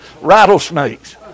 rattlesnakes